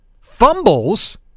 fumbles